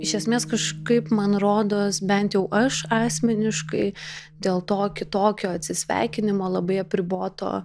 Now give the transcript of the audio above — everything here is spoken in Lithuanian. iš esmės kažkaip man rodos bent jau aš asmeniškai dėl to kitokio atsisveikinimo labai apriboto